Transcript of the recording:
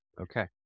Okay